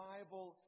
Bible